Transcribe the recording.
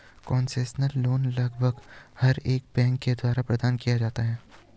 concessional loan लगभग हर एक बैंक के द्वारा प्रदान किया जाता है